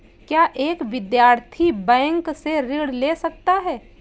क्या एक विद्यार्थी बैंक से ऋण ले सकता है?